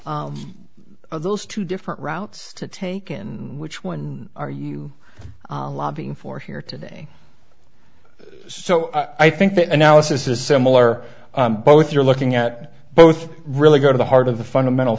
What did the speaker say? are those two different routes to take in which one are you lobbying for here today so i think that analysis is similar but what you're looking at both really go to the heart of the fundamental